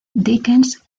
dickens